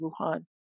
Wuhan